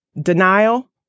denial